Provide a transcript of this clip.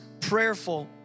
prayerful